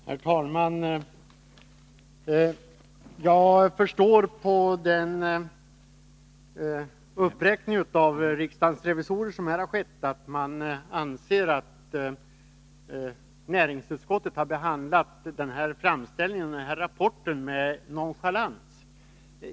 Herr talman! Jag förstår av dessa instämmanden från riksdagens revisorer att man anser att näringsutskottet har behandlat den här rapporten med nonchalans.